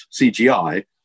CGI